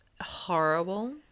horrible